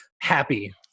happy